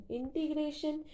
integration